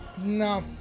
No